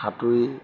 সাঁতুৰি